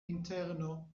interno